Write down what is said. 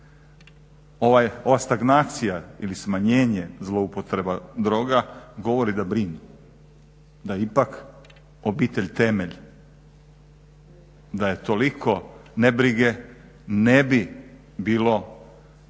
Ova stagnacija ili smanjenje zloupotreba droga govori da brine, da ipak je obitelj temelj, da je tolike ne brige ne bi bilo ajmo